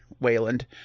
Wayland